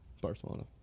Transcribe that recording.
Barcelona